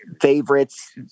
favorites